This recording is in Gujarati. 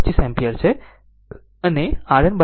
25 એમ્પીયર છે